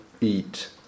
eat